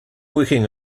working